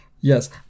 Yes